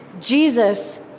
Jesus